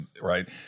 right